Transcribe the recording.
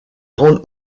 rendre